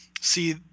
see